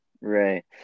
Right